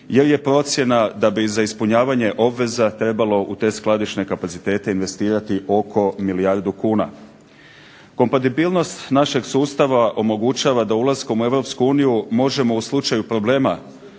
jer je procjena da bi za ispunjavanje obveza trebalo u te skladišne kapacitete investirati oko milijardu kuna. Kompatibilnost našeg sustava omogućava da ulaskom u Europsku uniju možemo u slučaju problema